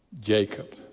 Jacob